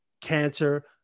cancer